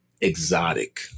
exotic